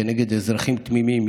כנגד אזרחים תמימים,